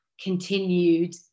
continued